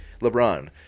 LeBron